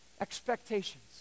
expectations